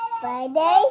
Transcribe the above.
Friday